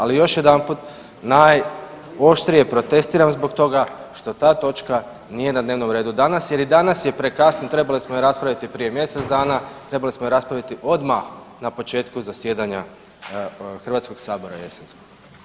Ali još jedanput, najoštrije protestiram zbog toga što ta točka nije na dnevnom redu danas jer i danas je prekasno, trebali smo je raspravi prije mjesec dana, trebali smo je raspraviti odmah na početku zasjedanja HS-a jesenskog.